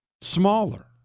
Smaller